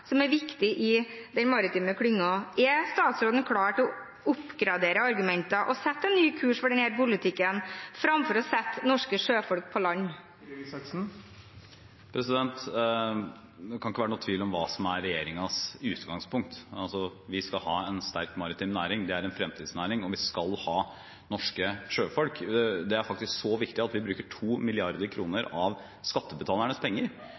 som er viktig i den maritime klyngen. Er statsråden klar til å oppgradere argumentene og sette en ny kurs for denne politikken, framfor å sette norske sjøfolk på land? Det kan ikke være noen tvil om hva som er regjeringens utgangspunkt: Vi skal ha en sterk maritim næring – det er en fremtidsnæring – og vi skal ha norske sjøfolk. Det er faktisk så viktig at vi bruker 2 mrd. kr av skattebetalernes penger,